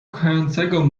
kochającego